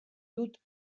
dut